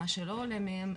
מה שלא עולה מהם,